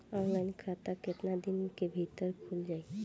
Online खाता केतना दिन के भीतर ख़ुल जाई?